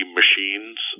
machines